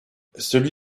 celui